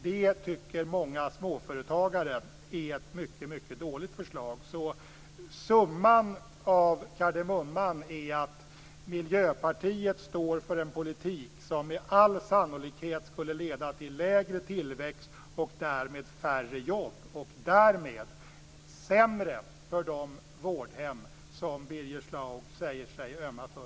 Det tycker många småföretagare är ett mycket dåligt förslag. Summan av kardemumman är att Miljöpartiet står för en politik som med all sannolikhet skulle leda till lägre tillväxt och därmed färre jobb och därmed göra det sämre för de vårdhem som Birger Schlaug säger sig ömma för.